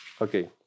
Okay